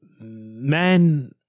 men